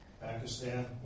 Pakistan